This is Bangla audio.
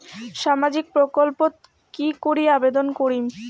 সামাজিক প্রকল্পত কি করি আবেদন করিম?